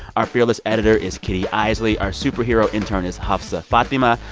our fearless editor is kitty eisele. our superhero intern is hafsa fathima.